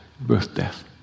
birth-death